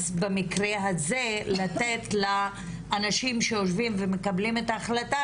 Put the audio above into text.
אז במקרה הזה לתת לאנשים שיושבים ומקבלים את ההחלטה,